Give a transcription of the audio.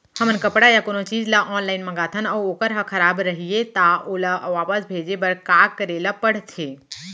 हमन कपड़ा या कोनो चीज ल ऑनलाइन मँगाथन अऊ वोकर ह खराब रहिये ता ओला वापस भेजे बर का करे ल पढ़थे?